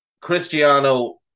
Cristiano